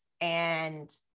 and-